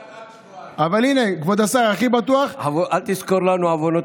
היושב-ראש, מכובדי השר, חבריי